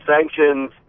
sanctions